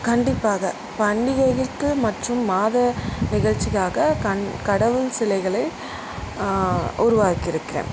கண்டிப்பாக பண்டிகைகளுக்கு மற்றும் மாத நிகழ்ச்சிக்காக க கடவுள் சிலைகளை உருவாக்கியிருக்கேன்